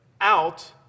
out